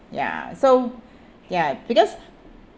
ya so ya because